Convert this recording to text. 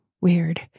weird